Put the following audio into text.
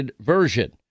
version